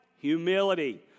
Humility